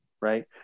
right